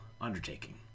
undertaking